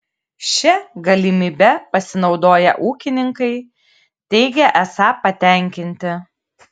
šia galimybe pasinaudoję ūkininkai teigia esą patenkinti